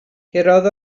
curodd